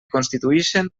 constituïxen